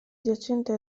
adiacente